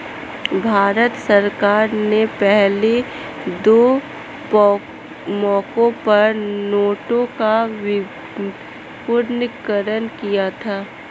भारत सरकार ने पहले दो मौकों पर नोटों का विमुद्रीकरण किया था